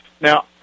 Now